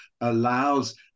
allows